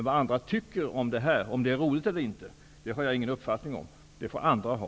Vad andra tycker om detta, och om det är roligt eller inte, har jag inte någon uppfattning om. Det får andra ha.